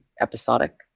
episodic